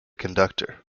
conductor